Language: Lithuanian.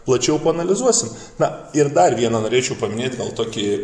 plačiau paanalizuosim na ir dar vieną norėčiau paminėt tokį